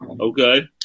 Okay